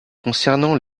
concernant